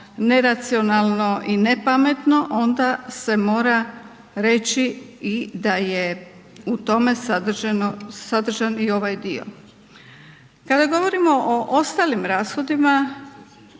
neracionalno ne pametno onda se mora reći i da je u tome sadržan i ovaj dio. Kada govorimo o ostalim rashodima